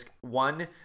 one